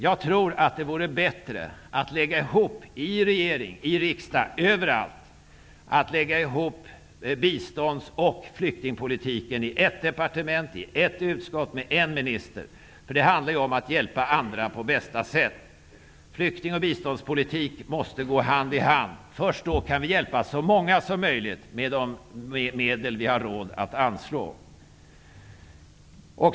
Jag tror att det vore bättre att i regeringen, i riksdagen och över allt lägga ihop bistånds och flyktingpolitiken i ett departement med en minister, i ett utskott, osv. Det handlar ju om att på bästa sätt hjälpa andra. Flykting och biståndspolitik måste gå hand i hand först då kan vi hjälpa så många som möjligt med de medel vi har råd att anslå.